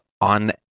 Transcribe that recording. on